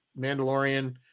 Mandalorian